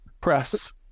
press